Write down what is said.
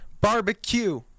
barbecue